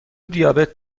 دیابت